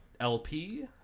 LP